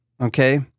okay